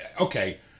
okay